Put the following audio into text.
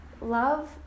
love